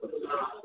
ହଁ